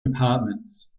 departments